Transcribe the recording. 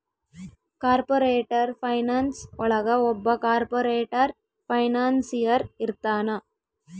corporate finance ಒಳಗ ಒಬ್ಬ corporate financier ಇರ್ತಾನ